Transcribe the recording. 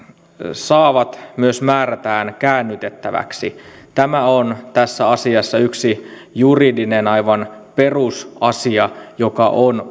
saavat myös määrätään käännytettäväksi tämä on tässä asiassa yksi juridinen aivan perusasia joka on